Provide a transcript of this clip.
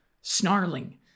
snarling